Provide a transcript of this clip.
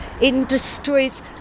industries